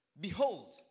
behold